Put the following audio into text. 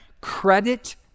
credit